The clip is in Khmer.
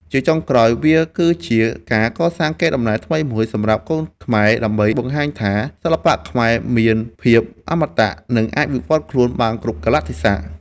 ជាចុងក្រោយ វាគឺជាការកសាងកេរដំណែលថ្មីមួយសម្រាប់កូនខ្មែរ ដើម្បីបង្ហាញថា សិល្បៈខ្មែរមានភាពអមតៈ និងអាចវិវត្តខ្លួនបានគ្រប់កាលៈទេសៈ។